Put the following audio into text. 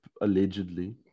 allegedly